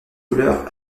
couleur